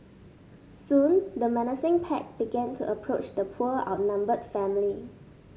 soon the menacing pack began to approach the poor outnumbered family